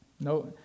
No